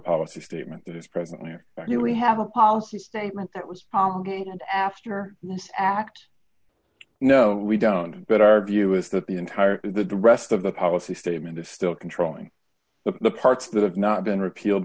policy statement that is presently i really have a policy statement that was promulgated after this act no we don't but our view is that the entire that the rest of the policy statement is still controlling the parts that have not been repealed